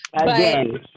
again